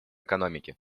экономики